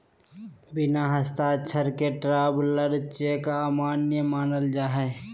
बिना हस्ताक्षर के ट्रैवलर चेक अमान्य मानल जा हय